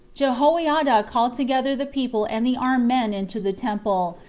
jehoiada called together the people and the armed men into the temple,